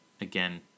again